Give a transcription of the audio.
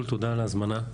תודה על ההזמנה.